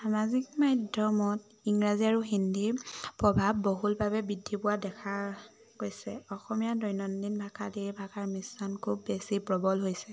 সামাজিক মাধ্যমত ইংৰাজী আৰু হিন্দীৰ প্ৰভাৱ বহুলভাৱে বৃদ্ধি পোৱা দেখা গৈছে অসমীয়া দৈনন্দিন ভাষাত এই ভাষাৰ মিশ্ৰণ খুব বেছি প্ৰবল হৈছে